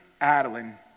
Adeline